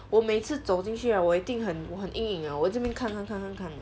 我每次走进去 right 我一定很我很阴影 liao 我在那边看看看看看